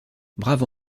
brave